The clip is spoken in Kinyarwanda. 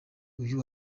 uyu